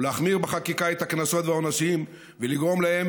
להחמיר בחקיקה את הקנסות והעונשים ולגרום להם